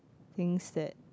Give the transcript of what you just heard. things that